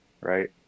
right